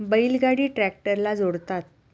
बैल गाडी ट्रॅक्टरला जोडतात